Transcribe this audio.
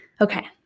Okay